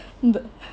but